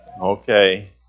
Okay